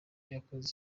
yakoze